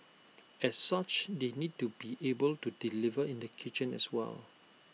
as such they need to be able to deliver in the kitchen as well